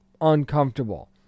uncomfortable